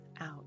out